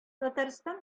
татарстан